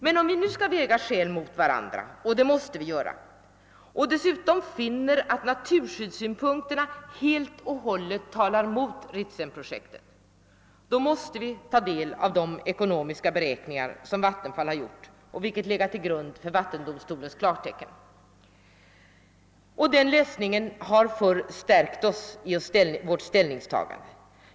Men om vi nu skall väga skäl mot varandra — och det måste vi göra — och dessutom finner att naturskyddssynpunkterna helt och hållet talar mot Ritsemprojektet, måste vi ta del av de ekonomiska beräkningar som Vattenfall har gjort och som legat till grund för vattendomstolens klartecken. Den läsningen har snarast stärkt oss i vårt ställningstagande.